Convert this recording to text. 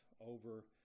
over